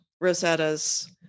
rosetta's